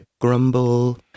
Grumble